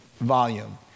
volume